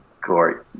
Corey